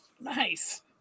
Nice